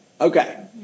Okay